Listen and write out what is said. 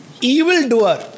evildoer